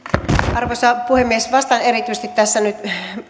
arvoisa puhemies vastaan tässä nyt erityisesti